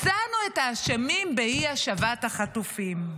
מצאנו את האשמים באי-השבת החטופים.